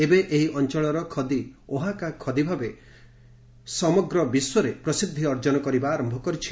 ଏବେ ଏହି ଅଞ୍ଚଳର ଖଦୀ'ଓହାକା' ଖଦୀ ଭାବେ ସମଗ୍ରୀ ବିଶ୍ୱରେ ପ୍ରସିଦ୍ଧି ଅର୍ଜନ କରିବା ଆରମ୍ଭ କରିଛି